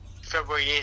February